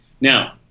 Now